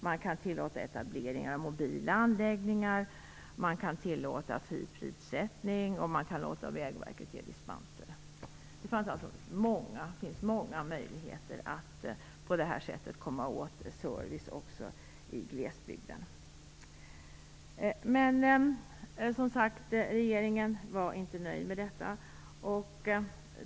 Man kan tillåta etableringar av mobila anläggningar. Man kan tillåta fri prissättning. Man kan låta Vägverket ge dispenser. Det finns många möjligheter att på detta sätt ge service också i glesbygden. Regeringen var som sagt inte nöjd med detta.